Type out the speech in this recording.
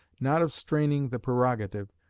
not of straining the prerogative,